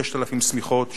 6,000 שמיכות,